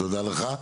תודה רבה.